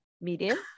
medium